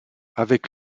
avec